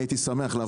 הייתי שמח.